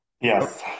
Yes